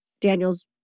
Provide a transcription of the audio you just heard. Daniel's